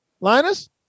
Linus